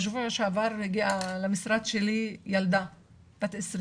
בשבוע שעבר הגיעה למשרד שלי ילדה בת 20